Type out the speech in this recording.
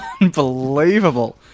Unbelievable